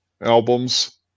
albums